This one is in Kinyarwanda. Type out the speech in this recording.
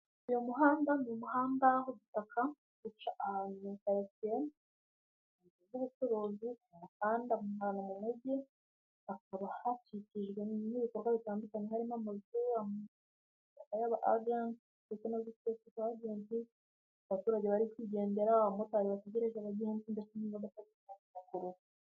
Umuhanda w'igitaka uri ahantu hari inzu z'ubucuruzi hari n'ibinyabiziga ndetse n'abantu bari kugenda.